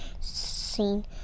scene